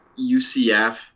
UCF